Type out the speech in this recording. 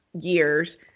years